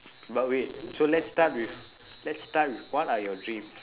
but wait so let's start with let's start with what are your dreams